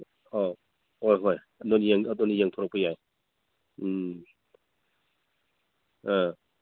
ꯑꯧ ꯍꯣꯏ ꯍꯣꯏ ꯑꯗꯨ ꯑꯗꯨꯅꯤ ꯌꯦꯡꯊꯣꯔꯛꯄ ꯌꯥꯏ ꯎꯝ ꯑ